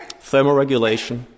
thermoregulation